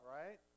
right